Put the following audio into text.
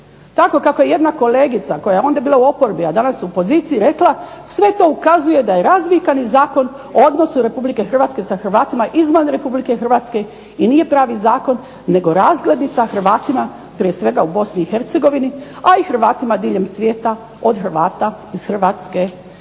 Tako kako je jedna kolegica koja je onda bila u oporbi a danas u poziciji rekla sve to pokazuje da je razvikani zakon o odnosu Republike Hrvatske sa Hrvatima izvan Republike Hrvatske i nije pravi zakon nego razglednica Hrvatima prije svega u BiH a i hrvatima diljem svijeta od Hrvata iz Hrvatske i to